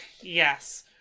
Yes